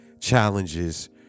challenges